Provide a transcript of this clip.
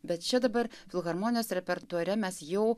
bet čia dabar filharmonijos repertuare mes jų